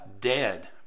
dead